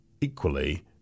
equally